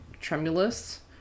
tremulous